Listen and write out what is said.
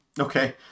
Okay